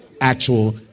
actual